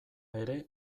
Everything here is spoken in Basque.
ere